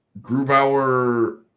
Grubauer